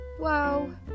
Whoa